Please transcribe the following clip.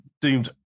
doomed